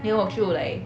then 我就 like